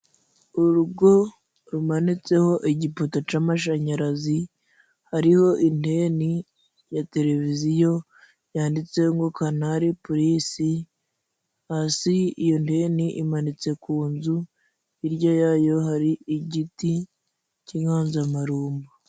Urugo rumanitseho egipoto c'amashanyarazi, hariho inteni ya televiziyo yanditseho ngo kanari purisi..Hasi iyo nteni imanitse ku nzu, hirya yayo hari igiti cy'inkanzamarumbo.